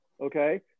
Okay